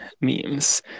memes